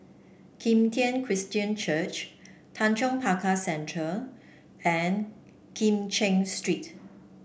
Kim Tian Christian Church Tanjong Pagar Centre and Kim Cheng Street